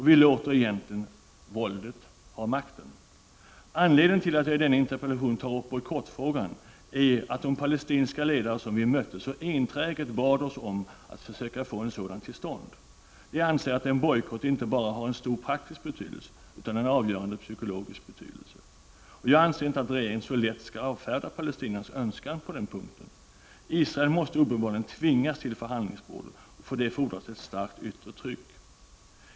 Vi låter våldet ha makten. Anledningen till att jag i denna interpellation tar upp frågan om bojkott är att de palestinska ledare som vi mötte så enträget bad oss att försöka få en sådan till stånd. De anser att en bojkott inte bara har en stor praktisk betydelse, utan en avgörande psykologisk betydelse. Jag anser inte att regeringen så lätt skall avfärda palestiniernas önskan på denna punkt. Israel måste uppenbarligen tvingas till förhandlingsbordet, och för det fordras ett starkt yttre tryck.